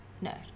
No